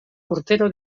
urtero